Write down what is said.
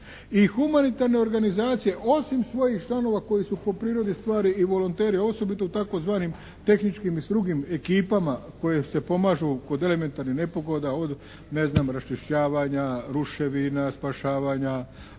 i humanitarne organizacije osim svojih članova koji su po prirodi stvari i volonteri a osobito u tzv. tehničkim i drugim ekipama koje se pomažu kod elementarnih nepogoda od ne znam raščišćavanja ruševina, spašavanja